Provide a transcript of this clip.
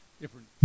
different